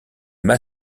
m’a